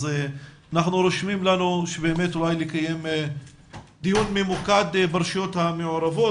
אז אנחנו רושמים לנו שבאמת אולי נקיים דיון ממוקד ברשויות המעורבות,